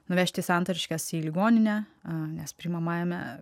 nuvežti į santariškes į ligoninę a nes priimamajame